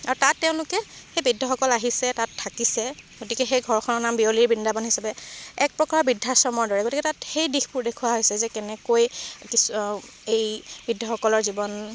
আৰু তাত তেওঁলোকে সেই বৃদ্ধসকল আহিছে তাত থাকিছে গতিকে সেই ঘৰখনৰ নাম বিয়লিৰ বৃন্দাবন হিচাপে এক প্ৰকাৰৰ বৃদ্ধাশ্ৰমৰ দৰে গতিকে তাত সেই দিশবোৰ দেখুওঁৱা হৈছে যে কেনেকৈ কিছ এই বৃদ্ধসকলৰ জীৱন